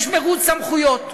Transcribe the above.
יש מירוץ סמכויות.